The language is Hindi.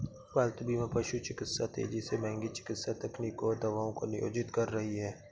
पालतू बीमा पशु चिकित्सा तेजी से महंगी चिकित्सा तकनीकों और दवाओं को नियोजित कर रही है